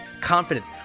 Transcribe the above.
confidence